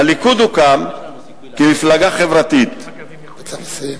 הליכוד הוקם כמפלגה חברתית, אתה צריך לסיים.